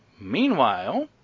Meanwhile